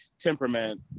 temperament